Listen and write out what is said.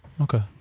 Okay